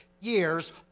years